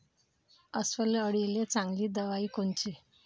अस्वल अळीले चांगली दवाई कोनची?